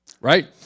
right